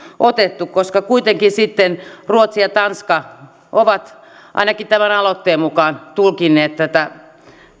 otettu koska kuitenkin sitten ruotsi ja tanska ovat ainakin tämän aloitteen mukaan tulkinneet tätä